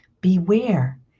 Beware